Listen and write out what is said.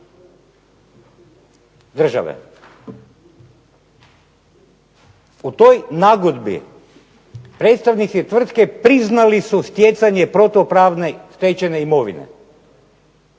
države. U toj nagodbi predstavnici tvrtke priznali su stjecanje protupravne stečene imovine